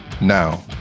now